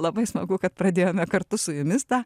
labai smagu kad pradėjome kartu su jumis tą